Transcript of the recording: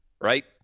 right